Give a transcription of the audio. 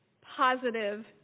positive